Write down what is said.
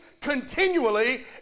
continually